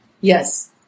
yes